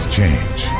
change